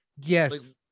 Yes